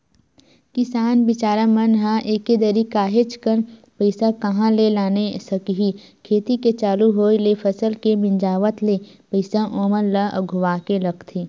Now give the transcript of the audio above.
किसान बिचारा मन ह एके दरी काहेच कन पइसा कहाँ ले लाने सकही खेती के चालू होय ले फसल के मिंजावत ले पइसा ओमन ल अघुवाके लगथे